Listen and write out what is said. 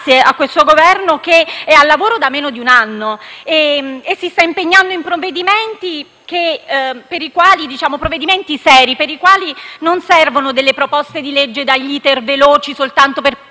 grazie a questo Governo che è al lavoro da meno di un anno e si sta impegnando in provvedimenti seri, per i quali non servono delle proposte di legge dagli *iter* veloci soltanto per